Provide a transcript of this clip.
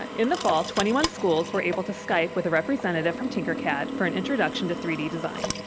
in the fall, twenty one schools were able to skype with a representative from tinkercad for an introduction to three d design.